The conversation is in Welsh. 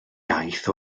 iaith